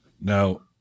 Now